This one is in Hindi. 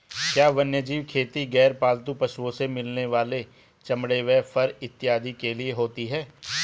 क्या वन्यजीव खेती गैर पालतू पशुओं से मिलने वाले चमड़े व फर इत्यादि के लिए होती हैं?